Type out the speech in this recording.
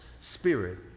spirit